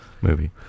movie